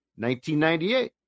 1998